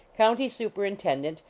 county superintendent,